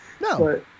No